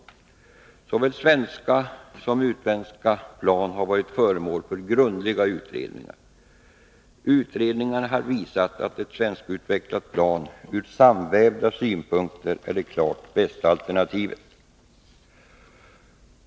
Såväl svenska som utländska flygplan har varit föremål för grundliga utredningar. Utredningarna har visat att ett svenskutvecklat plan ur samvävda synpunkter är det klart bästa alternativet.